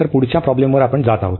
तर पुढच्या प्रॉब्लेमवर जात आहे